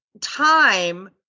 Time